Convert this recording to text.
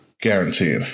Guaranteed